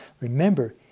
remember